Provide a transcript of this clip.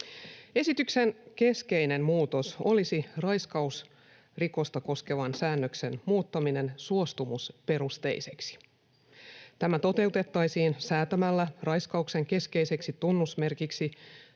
Esityksen keskeinen muutos olisi raiskausrikosta koskevan säännöksen muuttaminen suostumusperusteiseksi. Tämä toteutettaisiin säätämällä raiskauksen keskeiseksi tunnusmerkiksi